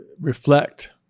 reflect